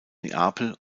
neapel